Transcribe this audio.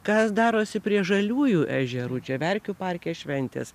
kas darosi prie žaliųjų ežerų čia verkių parke šventės